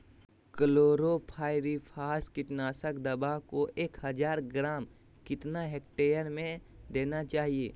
Chlorpyrifos कीटनाशक दवा को एक हज़ार ग्राम कितना हेक्टेयर में देना चाहिए?